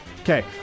Okay